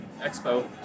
expo